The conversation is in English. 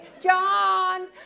John